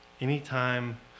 Anytime